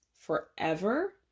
forever